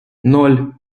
ноль